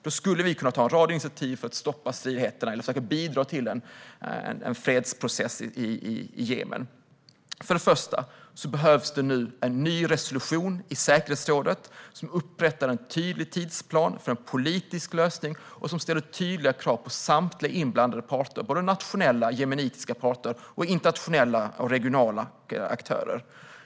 Då skulle vi kunna ta en rad initiativ för att stoppa stridigheterna eller försöka bidra till en fredsprocess i Jemen. För det första behövs det en ny resolution i säkerhetsrådet som upprättar en tydlig tidsplan för en politisk lösning och som ställer tydliga krav på samtliga parter, både nationella jemenitiska parter och internationella och regionala aktörer.